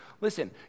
Listen